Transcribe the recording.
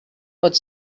pot